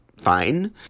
fine